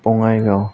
Bongaigaon